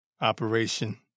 operation